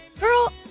girl